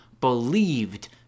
believed